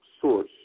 Source